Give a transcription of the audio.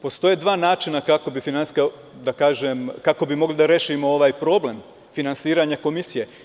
Postoje dva načina kako bi finansijska, da kažem, kako bi mogli da rešimo ovaj problem finansiranja komisije.